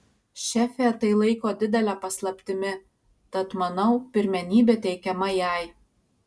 šefė tai laiko didele paslaptimi tad manau pirmenybė teikiama jai